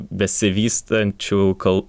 besivystančių kal